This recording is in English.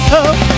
up